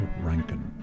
Rankin